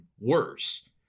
worse